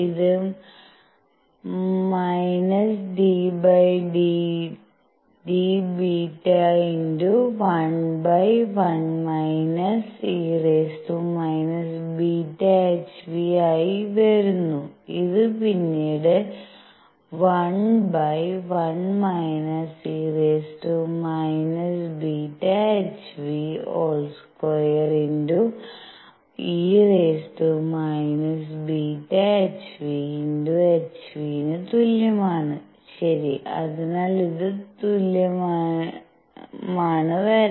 ഇത് ddβ11 e⁻ᵝʰᵛ ആയി വരുന്നു അത് പിന്നീട് 11 e⁻ᵝʰᵛ²e⁻ᵝʰᵛhv ന് തുല്യമാണ് ശരി അതിനാൽ ഇത് തുല്യമാണ് വരെ